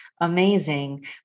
amazing